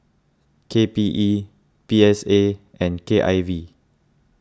K P E P S A and K I V